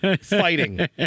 fighting